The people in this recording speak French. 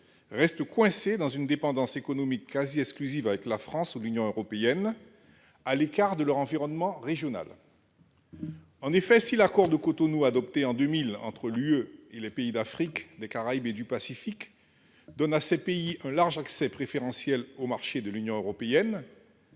restent coincés dans une dépendance économique quasi exclusive avec la France ou l'Union européenne, à l'écart de leur environnement régional. En effet, si l'accord de Cotonou, adopté en 2000 entre l'UE et les pays d'Afrique, des Caraïbes et du Pacifique- les pays ACP -, donne à ces pays un large accès préférentiel au marché de l'Union européenne,